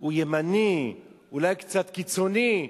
הוא ימני, אולי קצת קיצוני,